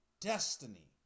destiny